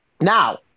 now